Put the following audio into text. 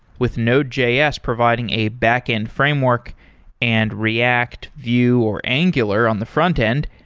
with node js providing a backend framework and react, view or angular on the frontend,